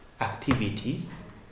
activities